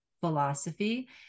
philosophy